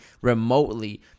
remotely